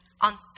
on